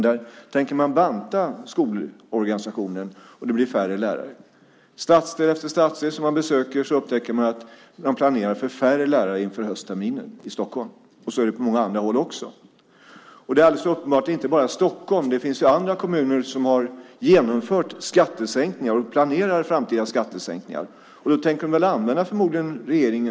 Där tänker man banta skolorganisationen, och det blir färre lärare. I stadsdel efter stadsdel i Stockholm som jag besöker upptäcker jag att de planerar för färre lärare till höstterminen. Det är så på många andra håll också. Detta gäller uppenbart inte bara i Stockholm. Det finns andra kommuner som har genomfört skattesänkningar och planerar framtida skattesänkningar. De tänker förmodligen använda regeringens statsbidrag.